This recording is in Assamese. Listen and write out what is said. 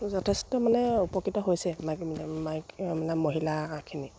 যথেষ্ট মানে উপকৃত হৈছে মাইকী মানে মহিলাখিনি